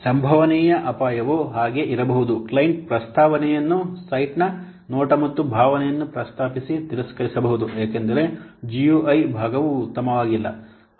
ಸಂಭವನೀಯ ಅಪಾಯವು ಹಾಗೆ ಇರಬಹುದು ಕ್ಲೈಂಟ್ ಪ್ರಸ್ತಾವಣೆಯನ್ನು ಸೈಟ್ನ ನೋಟ ಮತ್ತು ಭಾವನೆಯನ್ನು ಪ್ರಸ್ತಾಪಿಸಿ ತಿರಸ್ಕರಿಸಬಹುದು ಏಕೆಂದರೆ GUI ಭಾಗವು ಉತ್ತಮವಾಗಿಲ್ಲ